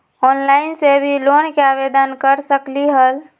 Online से भी loan के आवेदन कर सकलीहल?